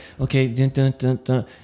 okay